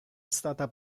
stata